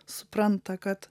supranta kad